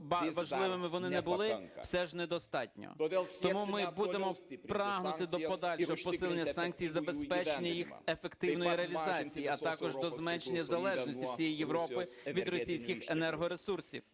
б важливими вони не були, все ж недостатньо. Тому ми будемо прагнути до подальшого посилення санкцій, забезпечення їх ефективної реалізації, а також до зменшення залежності всієї Європи від російських енергоресурсів.